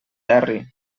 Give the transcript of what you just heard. terri